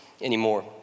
anymore